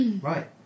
Right